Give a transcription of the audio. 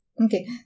Okay